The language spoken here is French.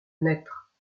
naître